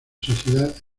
sociedad